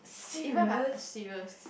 even if I serious